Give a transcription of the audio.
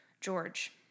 George